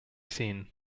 seen